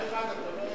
ב-1991 אתה לא היית פה.